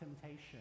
temptation